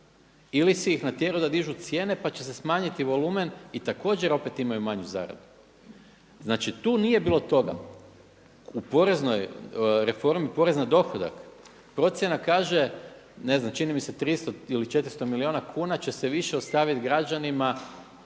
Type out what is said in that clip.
ili si ih natjerao da dižu cijene pa će se smanjiti volumen i također opet imaju manju zaradu. Znači, tu nije bilo toga. U poreznoj reformi porez na dohodak procjena kaže, ne znam 300 ili 400 milijuna kuna će se više ostavit građanima